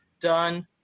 done